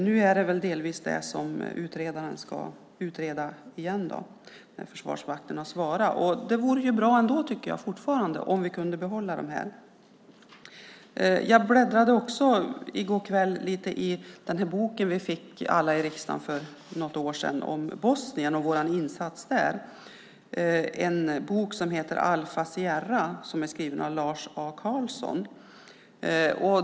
Nu är det delvis detta som utredaren ska utreda igen när Försvarsmakten har svarat, och jag tycker fortfarande att det vore bra om vi kunde behålla dem. Jag bläddrade också i går kväll i den bok om Bosnien och vår insats där som vi alla i riksdagen fick för några år sedan. Boken heter Alfa Sierra och är skriven av Lars A. Karlsson.